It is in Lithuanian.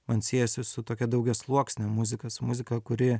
man siejasi su tokia daugiasluoksne muzika su muzika kuri